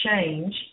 change